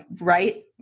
Right